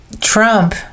Trump